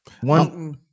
One